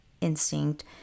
instinct